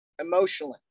emotionally